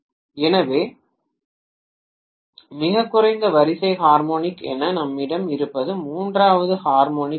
எனவே மிகக் குறைந்த வரிசை ஹார்மோனிக் என நம்மிடம் இருப்பது மூன்றாவது ஹார்மோனிக் ஆகும்